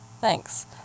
Thanks